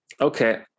okay